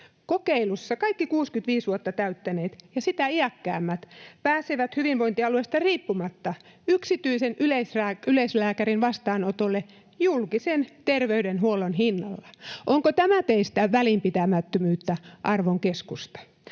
Kokeilussa kaikki 65 vuotta täyttäneet ja sitä iäkkäämmät pääsevät hyvinvointialueesta riippumatta yksityisen yleislääkärin vastaanotolle julkisen terveydenhuollon hinnalla. Onko tämä teistä välinpitämättömyyttä, arvon keskusta?